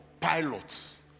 pilots